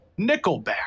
Nickelback